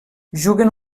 juguen